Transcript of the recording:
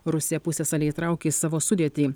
rusija pusiasalį įtraukė į savo sudėtį